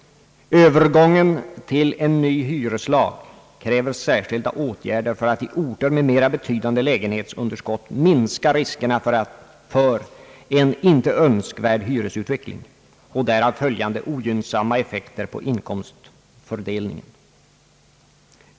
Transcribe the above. Övergången till en ny hyreslag kräver särskilda åtgärder för att i orter med mera betydande lägenhetsunderskott minska riskerna för en inte önskvärd hyresutveckling och därav följande ogynnsamma effekter på inkomstfördelningen.